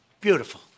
beautiful